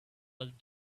let